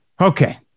Okay